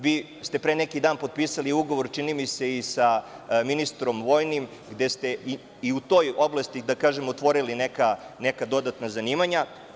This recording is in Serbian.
Vi ste pre neki dan potpisali ugovor, čini mi se, sa ministrom vojnim, gde ste i u toj oblasti otvorili neka dodatna zanimanja.